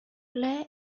ble